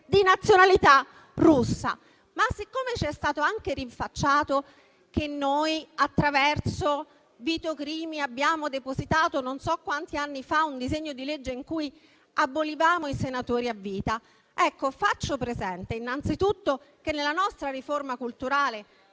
di nazionalità russa. Ma siccome ci è stato anche rinfacciato che noi, attraverso Vito Crimi, abbiamo depositato, non so quanti anni fa, un disegno di legge in cui abolivamo i senatori a vita, faccio presente innanzitutto che nella nostra riforma culturale